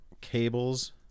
cables